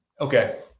Okay